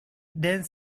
then